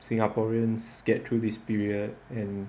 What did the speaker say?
singaporeans get through this period and